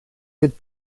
good